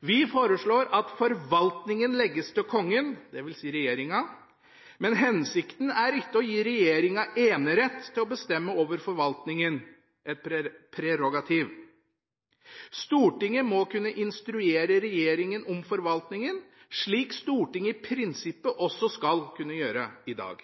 Vi foreslår at forvaltningen legges til Kongen, dvs. til regjeringa. Men hensikten er ikke å gi regjeringa enerett til å bestemme over forvaltningen, et prerogativ. Stortinget må kunne instruere regjeringa om forvaltningen, slik Stortinget i prinsippet også skal kunne gjøre i dag.